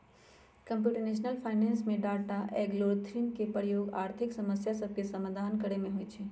computational finance में data, algorithm के प्रयोग आर्थिक समस्या सभके समाधान करे में होइ छै